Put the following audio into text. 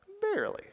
barely